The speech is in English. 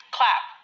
Clap